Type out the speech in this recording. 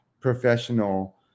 professional